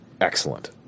excellent